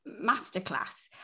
masterclass